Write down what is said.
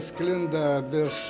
sklinda iš